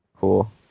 Cool